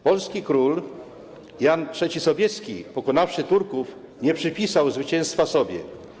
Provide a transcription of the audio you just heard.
Polski król Jan III Sobieski, pokonawszy Turków, nie przypisał zwycięstwa sobie.